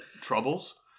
Troubles